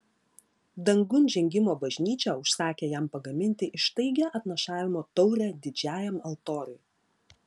dangun žengimo bažnyčia užsakė jam pagaminti ištaigią atnašavimo taurę didžiajam altoriui